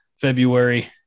February